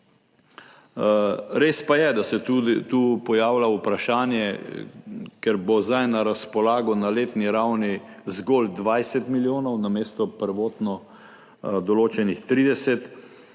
Res pa je, da se tu pojavlja vprašanje, ker bo zdaj na razpolago na letni ravni zgolj 20 milijonov namesto prvotno določenih 30,